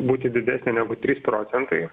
būti didesnė negu trys procentai